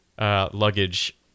luggage